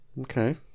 Okay